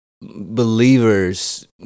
believers